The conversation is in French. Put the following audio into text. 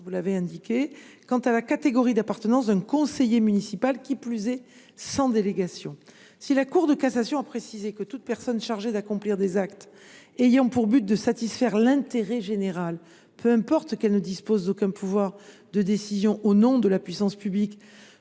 sur la catégorie à laquelle appartient un conseiller municipal, qui plus est sans délégation. Si la Cour de cassation a précisé que toute personne chargée d’accomplir des actes ayant pour but de satisfaire l’intérêt général, quand bien même elle ne disposerait d’aucun pouvoir de décision au nom de la puissance publique,